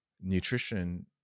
nutrition